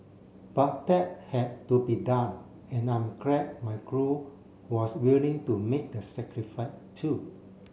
but that had to be done and I'm glad my crew was willing to make the sacrifice too